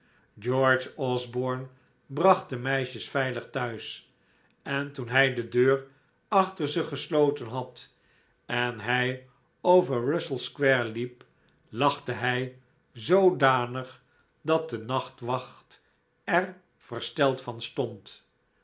george osborne bracht de meisj'es veilig thuis en toen hij de deur achter ze gesloten had en hij over russell square hep lachte hij zoodanig dat de nachtwacht er versteld van stond